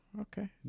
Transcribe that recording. okay